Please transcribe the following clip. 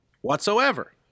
Whatsoever